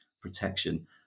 protection